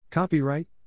Copyright